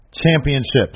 Championships